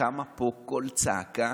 קם פה קול צעקה